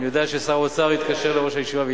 אני יודע ששר האוצר התקשר לראש הישיבה והתנצל.